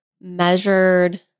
measured